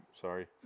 sorry